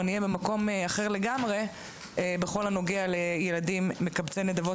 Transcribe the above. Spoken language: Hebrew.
במקום אחר לגמרי בכל הנוגע לילדים מקבצי נדבות.